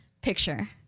picture